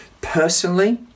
personally